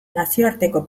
nazioarteko